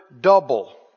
double